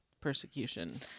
persecution